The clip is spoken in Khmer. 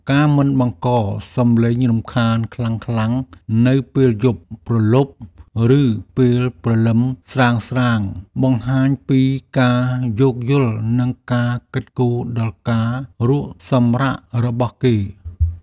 ការមិនបង្កសំឡេងរំខានខ្លាំងៗនៅពេលយប់ព្រលប់ឬពេលព្រលឹមស្រាងៗបង្ហាញពីការយោគយល់និងការគិតគូរដល់ការសម្រាករបស់គេ។